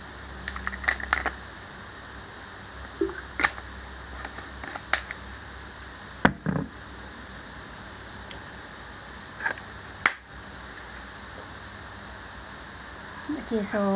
okay so